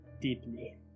Deeply